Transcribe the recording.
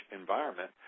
environment